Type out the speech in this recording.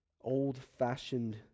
old-fashioned